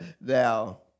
now